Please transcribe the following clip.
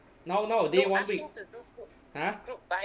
now how to do one week !huh!